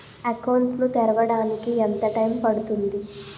Account ను తెరవడానికి ఎంత టైమ్ పడుతుంది?